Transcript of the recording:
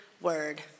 word